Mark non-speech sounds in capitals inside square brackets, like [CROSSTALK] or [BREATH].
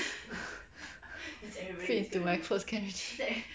fit into my clothes can already [BREATH]